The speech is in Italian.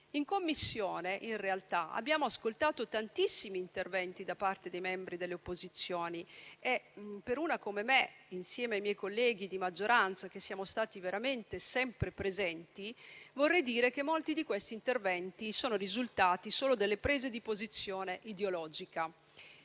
In Commissione, in realtà, abbiamo ascoltato tantissimi interventi da parte dei membri delle opposizioni e, insieme ai miei colleghi di maggioranza, che siamo stati veramente sempre presenti, vorrei dire che molti di questi interventi sono risultati solo delle prese di posizione ideologiche.